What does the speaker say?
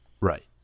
Right